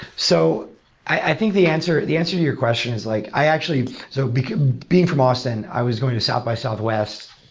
so i think the answer the answer to your question is like i actually so but being from austin, i was going to south by southwest